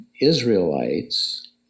Israelites